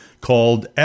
called